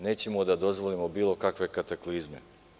Nećemo da dozvolimo bilo kakve kataklizme.